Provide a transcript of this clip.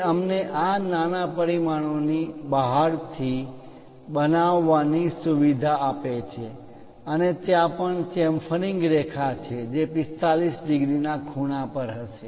તે અમને આ નાના પરિમાણોને બહારથી બનાવવાની સુવિધા આપે છે અને ત્યાં પણ ચેમ્ફરિંગ રેખા છે જે 45 ડિગ્રી ના ખૂણા પર હશે